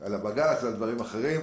על הבג"ץ ועל דברים אחרים.